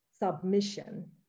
submission